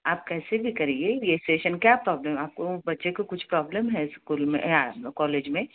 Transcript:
आप कैसे भी करिए ये सेशन का प्रॉब्लम है आपके बच्चे को कुछ प्रॉब्लम है स्कूल में या कॉलेज में